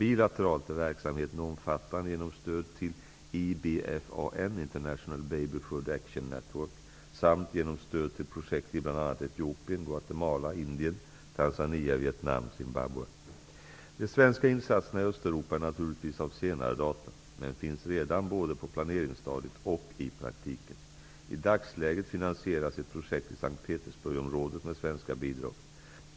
Bilateralt är verksamheten omfattande genom stöd till IBFAN samt genom stöd till projekt i bl.a. Etiopien, Guatemala, De svenska insatserna i Östeuropa är naturligtvis av senare datum, men de finns redan både på planeringsstadiet och i praktiken. I dagsläget finansieras ett projekt i S:t Petersburg-området med svenskt bidrag.